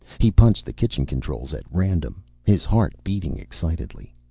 he punched the kitchen controls at random, his heart beating excitedly.